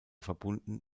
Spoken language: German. verbunden